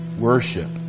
worship